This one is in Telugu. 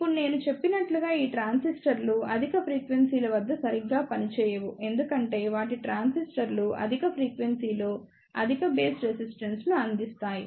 ఇప్పుడు నేను చెప్పినట్లుగా ఈ ట్రాన్సిస్టర్లు అధిక ఫ్రీక్వెన్సీ ల వద్ద సరిగ్గా పనిచేయవు ఎందుకంటే వాటి ట్రాన్సిస్టర్లు అధిక ఫ్రీక్వెన్సీలో అధిక బేస్ రెసిస్టెన్స్ ను అందిస్తాయి